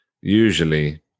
usually